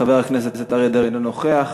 חבר הכנסת אריה דרעי, אינו נוכח.